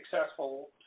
successful